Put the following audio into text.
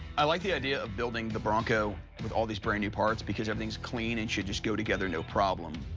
i like the idea of building the bronco with all these brand-new parts because everything's clean and should just go together no problem.